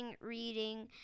reading